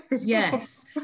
Yes